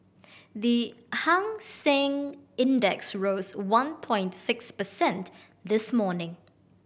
the Hang Seng Index rose one point six percent this morning